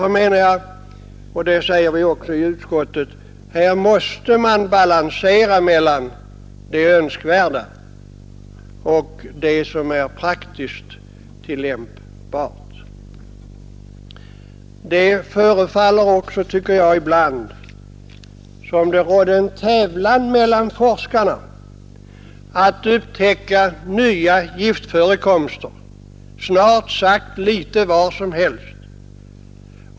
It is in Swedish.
Jag menar därför — och det säger vi också i utskottets betänkande — att man måste balansera mellan vad som är önskvärt och vad som är praktiskt tillämpbart. Det förefaller ibland också som om det rådde en tävlan mellan forskarna att upptäcka nya giftförekomster snart sagt överallt.